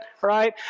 right